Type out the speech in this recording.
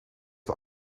het